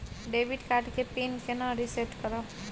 Debit card के pin केना reset करब?